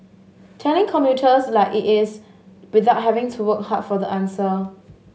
telling commuters like it is without having to work hard for the answer